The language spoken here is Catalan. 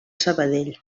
sabadell